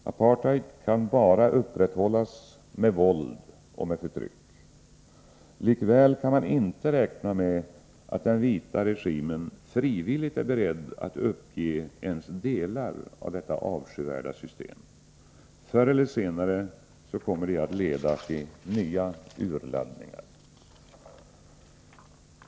Apartheid kan bara upprätthållas med våld och förtryck. Likväl kan man inte räkna med att den vita regimen frivilligt är beredd att uppge ens delar av detta avskyvärda system. Förr eller senare kommer det att leda till nya urladdningar.